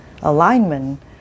alignment